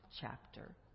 chapter